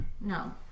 No